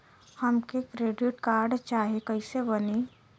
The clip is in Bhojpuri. हमके क्रेडिट कार्ड चाही कैसे बनी?